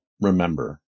remember